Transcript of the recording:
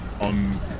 on